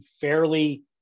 fairly